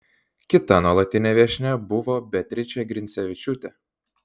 kita nuolatinė viešnia buvo beatričė grincevičiūtė